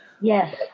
Yes